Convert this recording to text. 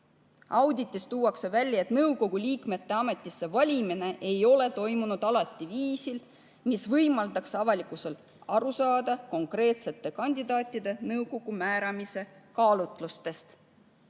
Auditis on toodud välja, et nõukogu liikmete ametisse valimine ei ole toimunud alati viisil, mis võimaldaks avalikkusel aru saada konkreetsete kandidaatide nõukokku määramise kaalutlustest.